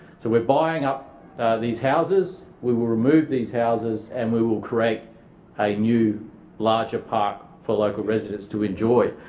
so we're buying up these houses, we will remove these houses and we will create a new larger park for local residents to enjoy.